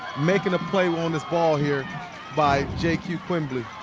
making a play on this ball here by j q. quimbley.